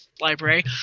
Library